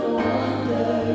wonder